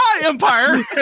empire